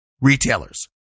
retailers